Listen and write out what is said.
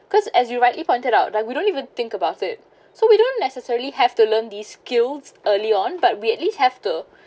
cause as you rightly pointed out like we don't even think about it so we don't necessarily have to learn these skills early on but we at least have to